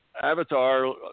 avatar